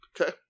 Okay